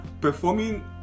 performing